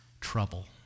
trouble